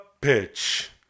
pitch